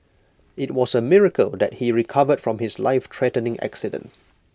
IT was A miracle that he recovered from his lifethreatening accident